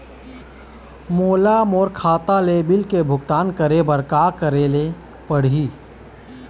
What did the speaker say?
मोला मोर खाता ले बिल के भुगतान करे बर का करेले पड़ही ही?